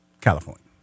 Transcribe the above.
California